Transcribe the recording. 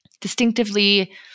distinctively